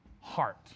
heart